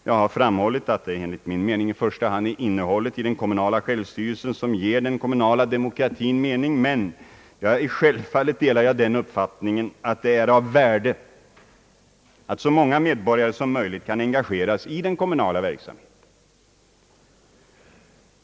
Jag har framhållit att det i första hand är innehållet i den kommunala självstyrelsen som ger den kommunala demokratin mening, men självfallet delar jag den uppfattningen att det är av värde att så många medborgare som möjligt kan engageras i den kommunala verksamheten.